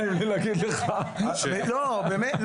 לא באמת,